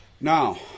now